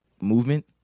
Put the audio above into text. movement